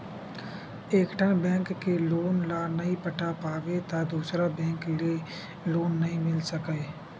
एकठन बेंक के लोन ल नइ पटा पाबे त दूसर बेंक ले लोन नइ मिल सकय